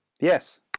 Yes